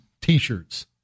T-shirts